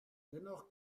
dennoch